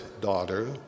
daughter